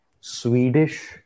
Swedish